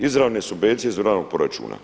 Izravne subvencije iz državnog proračuna.